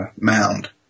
mound